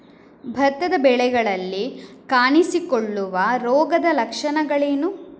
ಭತ್ತದ ಬೆಳೆಗಳಲ್ಲಿ ಕಾಣಿಸಿಕೊಳ್ಳುವ ರೋಗದ ಲಕ್ಷಣಗಳೇನು?